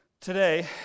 Today